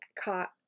caught